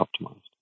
optimized